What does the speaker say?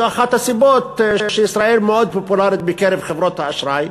זו אחת הסיבות שישראל מאוד פופולרית בקרב חברות האשראי,